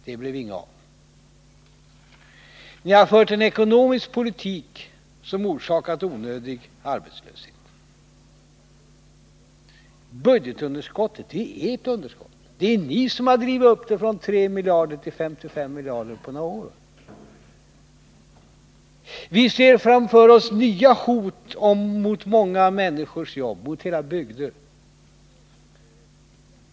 Det blev inget av detta löfte. Ni har fört en ekonomisk politik som orsakat onödig arbetslöshet. Budgetunderskottet är ert underskott. Det är ni som har drivit upp det från 3 miljarder kronor till 55 miljarder kronor på några år. Vi ser framför oss nya hot mot många människors jobb, mot hela bygder.